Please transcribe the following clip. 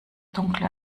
dunkle